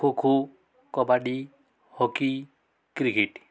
kho kho kabaddi hockey cricket